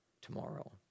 tomorrow